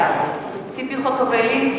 בעד ציפי חוטובלי,